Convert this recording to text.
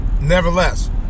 nevertheless